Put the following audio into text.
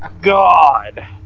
God